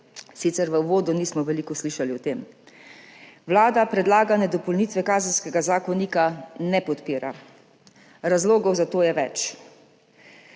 Sicer v uvodu nismo veliko slišali o tem. Vlada predlagane dopolnitve Kazenskega zakonika ne podpira. Razlogov za to je več.